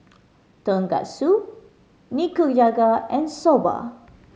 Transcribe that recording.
Tonkatsu Nikujaga and Soba